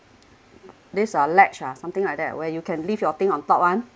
these are latch ah something like that where you can leave your thing on top [one]